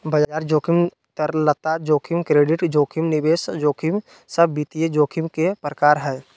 बाजार जोखिम, तरलता जोखिम, क्रेडिट जोखिम, निवेश जोखिम सब वित्तीय जोखिम के प्रकार हय